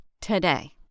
today